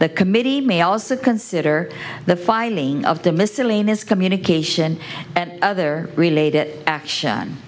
the committee may also consider the filing of the miscellaneous communication and other related action